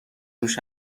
روش